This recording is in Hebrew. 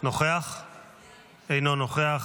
אינו נוכח.